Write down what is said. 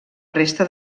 resta